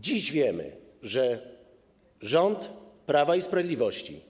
Dziś wiemy, że rząd Prawa i Sprawiedliwości